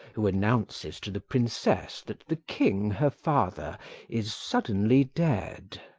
who announces to the princess that the king her father is suddenly dead.